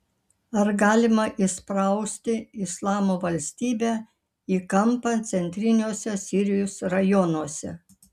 ar galima įsprausti islamo valstybę į kampą centriniuose sirijos rajonuose